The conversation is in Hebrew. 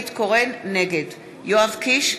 נגד יואב קיש,